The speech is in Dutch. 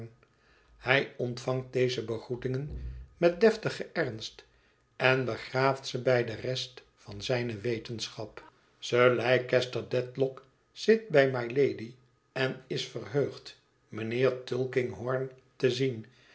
hij ontvangt deze begroetingen met deftigen ernst en begraaft ze bij de rest van zijne wetenschap sir leicester dedlock zit bij mylady en is verheugd mijnheer tulkinghorn te zien